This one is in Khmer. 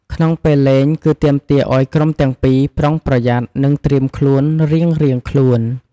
ក្នុងពេលលេងគឺទាមទារឲ្យក្រុមទាំងពីរ ប្រុងប្រយ័ត្ននិងត្រៀមខ្លួនរៀងៗខ្លួន។